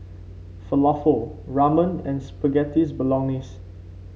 Falafel Ramen and Spaghetti Bolognese